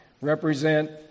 represent